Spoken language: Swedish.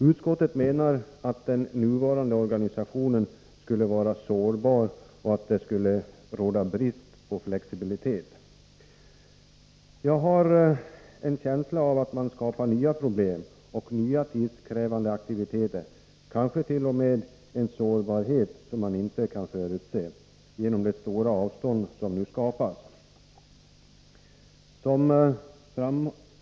Utskottet menar att den nuvarande organisationen skulle vara sårbar och att det skulle råda brist på flexibilitet. Jag har en känsla av att man skapar nya problem och nya tidskrävande aktiviteter — kanske t.o.m. en inte förutsedd sårbarhet genom de stora avstånd som nu skapas.